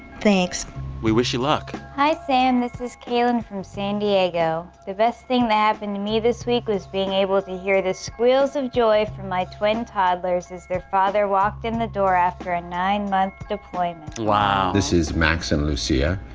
thanks we wish you luck hi, sam. this is kaylen from san diego. the best thing that happened to me this week was being able to hear the squeals of joy from my twin toddlers as their father walked in the door after a nine-month deployment wow this is max and lucia.